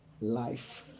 life